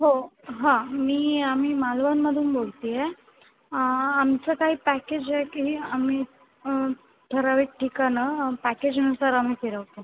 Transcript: हो हां मी आम्ही मालवणमधून बोलत आहे आमचं काही पॅकेज आहे की आम्ही ठराविक ठिकाणं पॅकेजनुसार आम्ही फिरवतो